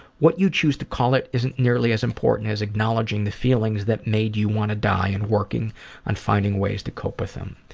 what you choose to call it isn't nearly as important as acknowledging the feelings that made you wanna die, and working on finding ways to cope with them.